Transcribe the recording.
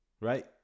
right